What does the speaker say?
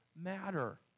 matter